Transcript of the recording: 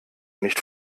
nicht